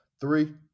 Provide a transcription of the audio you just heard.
Three